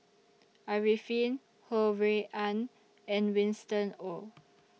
Arifin Ho Rui An and Winston Oh